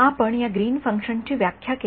आपण या ग्रीनची फंक्शन्सची व्याख्या घेतली